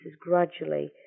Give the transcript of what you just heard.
gradually